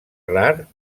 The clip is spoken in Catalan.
rar